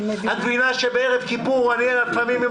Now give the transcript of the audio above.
את מבינה שאם צריך, גם בערב כיפור אני עובד?